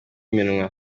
iminwa